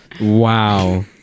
wow